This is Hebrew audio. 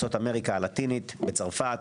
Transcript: בארצות אמריקה הלטינית, בצרפת